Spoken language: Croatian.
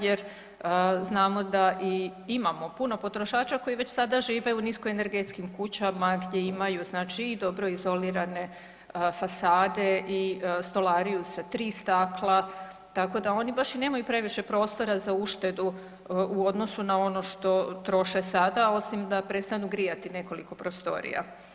Jer znamo da i imamo puno potrošača koji već sada žive u nisko energetskim kućama gdje imaju znači i dobro izolirane fasade i stolariju sa tri stakla, tako da oni baš i nemaju previše prostora za uštedu u odnosu na ono što troše sada osim da prestanu grijati nekoliko prostorija.